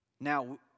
Now